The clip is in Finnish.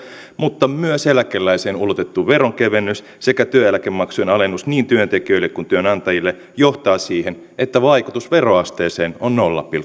mutta myös eläkeläisiin ulotettu veronkevennys sekä työeläkemaksujen alennus niin työntekijöille kuin työnantajille johtaa siihen että vaikutus veroasteeseen on nolla pilkku